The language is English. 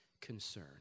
concern